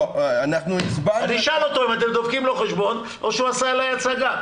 אני אשאל אותו אם אתם דופקים לו חשבון או שהוא עשה לי הצגה.